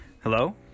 Hello